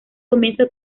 comienza